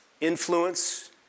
influence